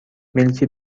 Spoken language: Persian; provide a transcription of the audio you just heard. ملکی